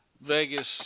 Vegas